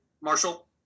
Marshall